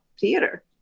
theater